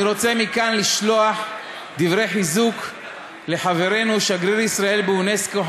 אני רוצה מכאן לשלוח דברי חיזוק לחברנו שגריר ישראל באונסק"ו,